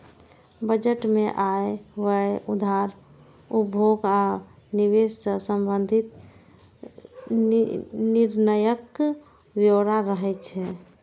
budget मे आय, व्यय, उधार, उपभोग आ निवेश सं संबंधित निर्णयक ब्यौरा रहै छै